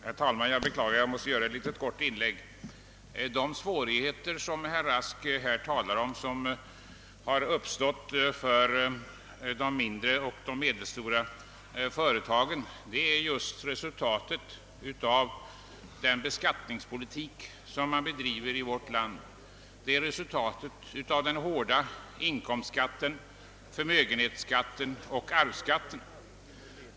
Herr talman! Jag beklagar att jag måste göra ett litet kort inlägg. De svårigheter som herr Rask här talar om och som har uppstått för de mindre och medelstora företagen är just resultatet av den beskattningspolitik som man bedriver i vårt land. De är resultatet av den hårda inkomstbeskattningen, förmögenhetsbeskattningen och arvsbeskattningen.